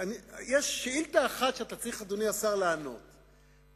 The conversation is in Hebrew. יש שאילתא אחת שאתה צריך לענות עליה.